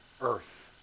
earth